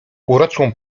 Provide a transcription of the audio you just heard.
uroczą